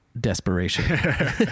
desperation